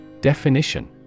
Definition